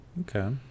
Okay